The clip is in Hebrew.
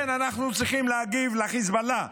כן, אנחנו צריכים להגיב לחיזבאללה,